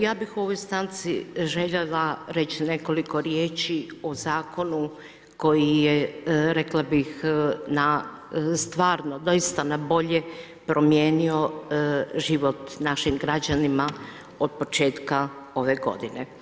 Ja bih u ovoj stanci željela reći nekoliko riječi o zakonu koji je rekla bih, na stvarno, doista, na bolje, promijenio život našim građanima od početka ove godine.